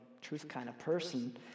truth-kind-of-person